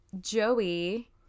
Joey